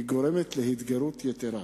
היא גורמת להתגרות יתירה.